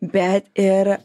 bet ir